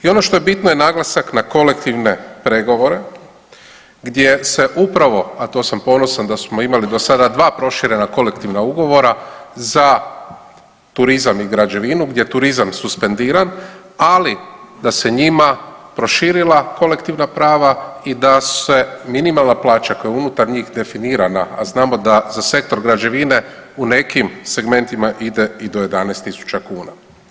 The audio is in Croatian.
I ono što je bitno je naglasak na kolektivne pregovore gdje se upravo, a to sam ponosan da smo imali do sada dva proširena kolektivna ugovora, za turizam i građevinu gdje je turizam suspendiran ali da se njima proširila kolektivna prava i da se minimalna plaća koja je unutar njih definirana, a znamo da za sektor građevine u nekim segmentima ide i do 11000 kuna.